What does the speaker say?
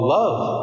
love